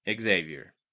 Xavier